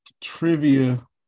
trivia